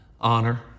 honor